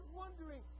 wondering